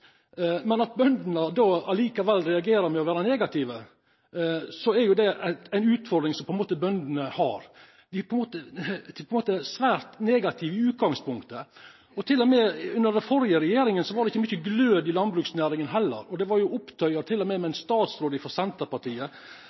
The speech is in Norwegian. Men når bøndene likevel reagerer med å vera negative, er det ei utfordring som bøndene har. Dei er på ein måte svært negative i utgangspunktet – heller ikkje under den førre regjeringa var det mykje glød i landbruksnæringa. Det var til og med opptøyar med ein statsråd frå Senterpartiet.